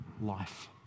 life